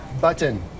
button